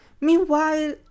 Meanwhile